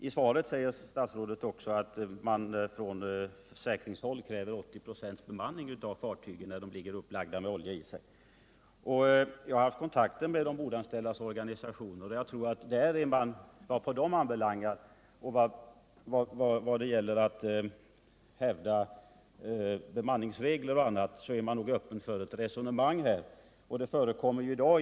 I svaret säger statsrådet också att man på försäkringshåll kräver 80 bemanning av fartyg som ligger upplagt med last av olja. Jag har haft kontakter med de ombordanställdas organisationer, och jag vet att vad på dem ankommer är de öppna för resonemang när det gäller bemanning och annat.